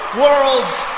world's